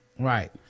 right